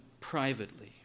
privately